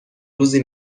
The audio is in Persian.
روزی